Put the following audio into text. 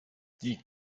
die